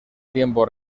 tiempo